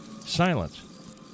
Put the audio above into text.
silence